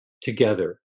together